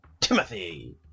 Timothy